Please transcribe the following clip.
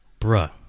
bruh